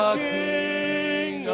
king